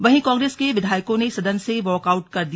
वहीं कांग्रेस के विधायकों ने सदन से वॉक आउट कर दिया